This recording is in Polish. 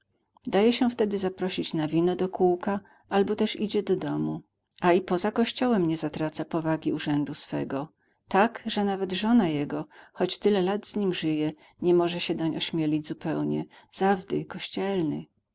daje się wtedy zaprosić na wino do kółka albo też idzie do domu a i poza kościołem nie zatraca powagi urzędu swego tak że nawet żona jego choć tyle lat z nim żyje nie może się doń ośmielić zupełnie zawdy kościelny